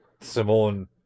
Simone